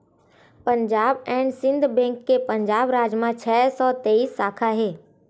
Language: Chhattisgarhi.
पंजाब एंड सिंध बेंक के पंजाब राज म छै सौ तेइस साखा हे